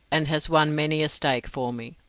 and has won many a stake for me.